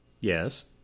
yes